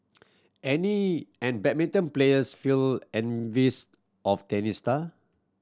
any and badminton players feel envious off tennis star